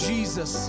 Jesus